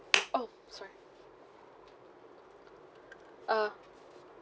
oh sorry uh